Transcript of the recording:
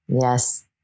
Yes